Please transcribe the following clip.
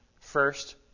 First